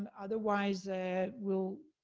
and otherwise, it will,